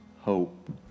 hope